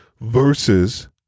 versus